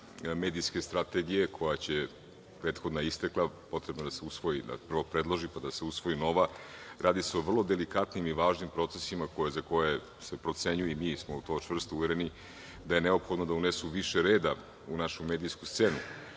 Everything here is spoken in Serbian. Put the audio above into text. medijske strategije, prethodna je istekla, potrebno je da se prvo predloži, pa da se usvoji nova. Radi se o vrlo delikatnim i važnim procesima za koje se procenjuje i mi smo to čvrsto uvereni, da je neophodno da unesu više reda u našu medijsku